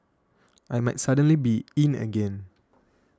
I might suddenly be in again